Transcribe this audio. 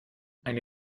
eine